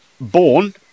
Born